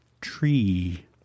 tree